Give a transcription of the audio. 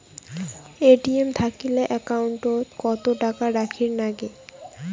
ATM থাকিলে account ওত কত টাকা রাখীর নাগে?